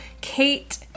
Kate